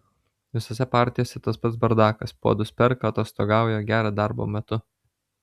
visose partijose tas pats bardakas puodus perka atostogauja geria darbo metu